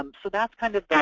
um so that's kind of